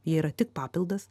jie yra tik papildas